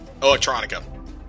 Electronica